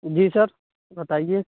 جی sir بتائیے